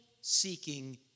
seeking